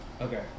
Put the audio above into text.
Okay